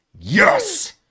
Yes